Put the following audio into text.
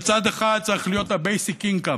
בצד אחד צריך להיות ה-basic income.